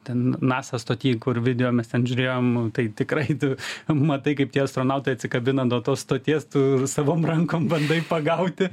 ten nasa stoty kur video mes ten žiūrėjom tai tikrai tu matai kaip tie astronautai atsikabina nuo tos stoties tu savom rankom bandai pagauti